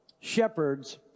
shepherds